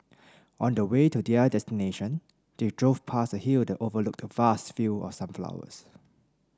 on the way to their destination they drove past a hill that overlooked vast fields of sunflowers